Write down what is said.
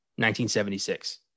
1976